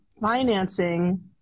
financing